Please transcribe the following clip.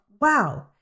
wow